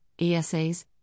ESA's